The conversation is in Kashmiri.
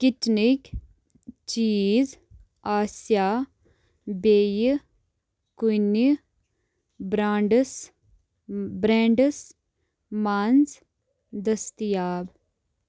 کِچنٕکۍ چیٖز آسیا بیٚیہِ کُنہِ برٛانڈٕس برٛینٛڈَس منٛز دٔستِیاب